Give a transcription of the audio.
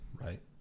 Right